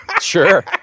sure